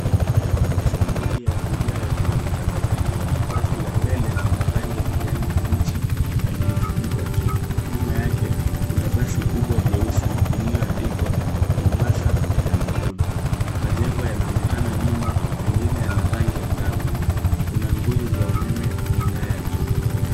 Mabasi mawili ya abiria yakiwa barabarani. Basi la mbele lina rangi ya kijani kibichi na limefunikwa juu. Nyuma yake kuna basi kubwa jeusi lililo andikwa Mombasa na Nairobi. Majengo yanaonekana nyuma mengine yana rangi angavu. Kuna nguzo za umeme na nyaya juu.